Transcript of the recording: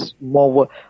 more